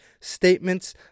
statements